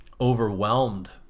overwhelmed